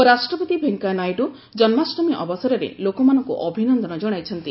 ଉପରାଷ୍ଟ୍ରପତି ଭେଙ୍କିୟାନାଇଡ଼ୁ ଜନ୍କାଷ୍ଟମୀ ଅସରରେ ଲୋକମାନଙ୍କୁ ଅଭିନନ୍ଦନ କଶାଇଛନ୍ତି